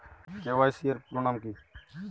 KYC এর পুরোনাম কী?